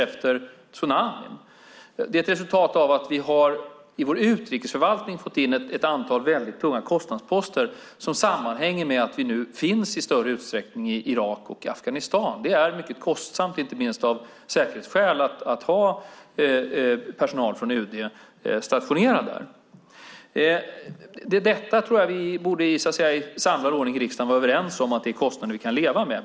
Det är ett resultat av att vi i vår utrikesförvaltning har fått in ett antal väldigt tunga kostnadsposter som sammanhänger med att vi nu finns i större utsträckning i Irak och Afghanistan. Det är mycket kostsamt, inte minst av säkerhetsskäl, att ha personal från UD stationerad där. Jag tror att vi i samlad ordning i riksdagen borde vara överens om att det är kostnader vi kan leva med.